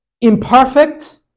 imperfect